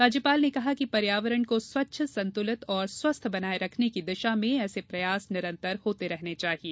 राज्यपाल ने कहा कि पर्यावरण को स्वच्छ संतुलित तथा स्वस्थ बनाये रखने की दिशा में ऐसे प्रयास निरन्तर होते रहने चाहिये